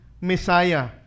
Messiah